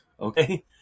Okay